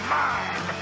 mind